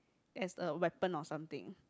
as the weapon or something